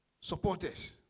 supporters